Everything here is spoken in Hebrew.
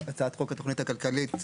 הצעת חוק התכנית הכלכלית,